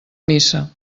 missa